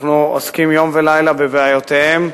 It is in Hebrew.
אנחנו עוסקים יום ולילה בבעיותיהם.